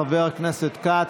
חבר הכנסת כץ,